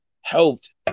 helped